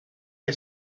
que